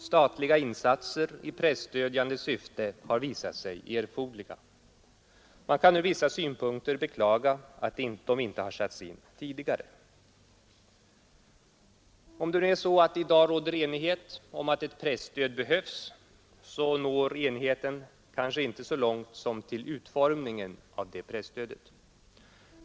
Statliga insatser i presstödjande syfte har visat sig erforderliga. Man kan ur vissa synpunkter beklaga att de inte har satts in tidigare. Om det i dag råder enighet om att ett presstöd behövs så når enigheten kanske inte så långt som till utformningen av detta presstöd.